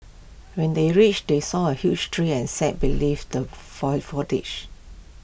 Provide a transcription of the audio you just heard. when they reached they saw A huge tree and sat believe the foil foliage